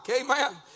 amen